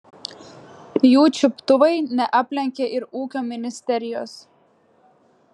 jų čiuptuvai neaplenkė ir ūkio ministerijos